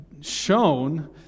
shown